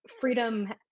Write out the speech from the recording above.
freedom